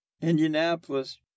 Indianapolis